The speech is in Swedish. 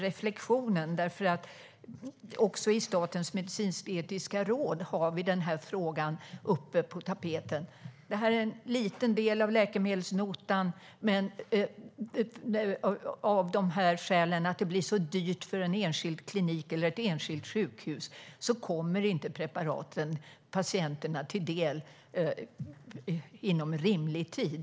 Den här frågan är nämligen på tapeten också i Statens medicinsk-etiska råd. Det här är en liten del av läkemedelsnotan, men av skälet att det blir så dyrt för en enskild klinik eller ett enskilt sjukhus kommer inte preparaten patienterna till del inom rimlig tid.